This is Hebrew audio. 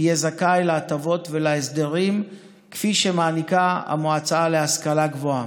יהיה זכאי להטבות ולהסדרים כפי שמעניקה המועצה להשכלה גבוהה.